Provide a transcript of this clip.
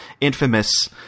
infamous